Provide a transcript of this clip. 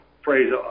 phrase